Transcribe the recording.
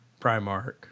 Primark